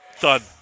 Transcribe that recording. Done